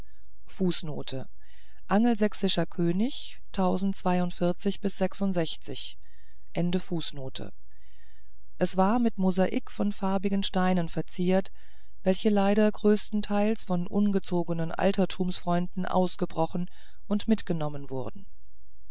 hatte es war mit mosaik von farbigen steinen geziert welche leider größtenteils von ungezogenen altertumsfreunden ausgebrochen und mitgenommen wurden